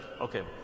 Okay